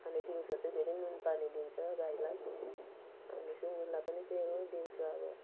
अनि दिउँसो चाहिँ फेरि नुन पानी दिन्छ गाईलाई अनि सुँगुरलाई पनि त्यही हो दिउँसो अब